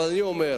אבל אני אומר: